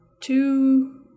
two